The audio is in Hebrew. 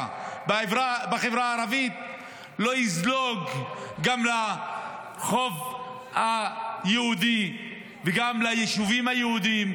בחברה הערבית יזלוג גם לרחוב היהודי וגם ליישובים היהודיים,